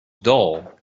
dull